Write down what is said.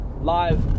live